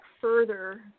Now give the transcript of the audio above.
further